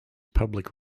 public